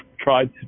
tried